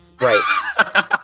right